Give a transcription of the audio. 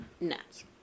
nuts